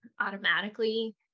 automatically